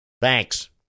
Thanks